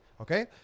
Okay